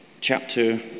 chapter